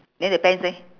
then the pants leh